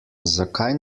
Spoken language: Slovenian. zakaj